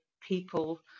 people